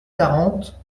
quarante